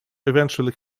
eventually